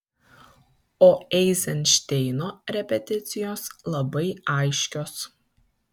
o eizenšteino repeticijos labai aiškios